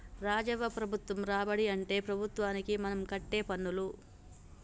రాజవ్వ ప్రభుత్వ రాబడి అంటే ప్రభుత్వానికి మనం కట్టే పన్నులు